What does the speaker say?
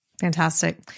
Fantastic